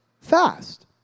fast